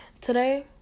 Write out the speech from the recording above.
Today